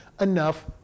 enough